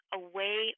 away